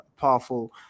powerful